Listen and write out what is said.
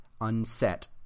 unset